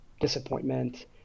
disappointment